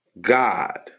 God